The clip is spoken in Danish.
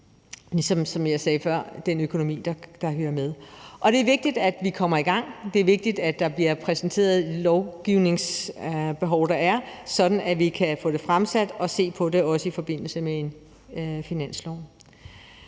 ligesom jeg sagde før. Det er vigtigt, at vi kommer i gang, og det er vigtigt, at det bliver præsenteret, hvilket lovgivningsbehov der er, sådan at vi kan få det fremsat og set på det også i forbindelse med en finanslov.